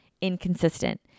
inconsistent